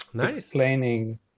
explaining